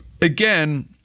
Again